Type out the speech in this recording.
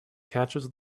catches